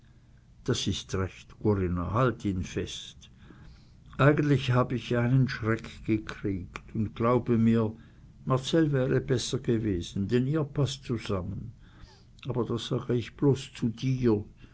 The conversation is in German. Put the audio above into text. das ist recht corinna halt ihn fest eigentlich hab ich ja einen schreck gekriegt und glaube mir marcell wäre besser gewesen denn ihr paßt zusammen aber das sag ich so bloß zu dir